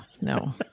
no